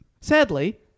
Sadly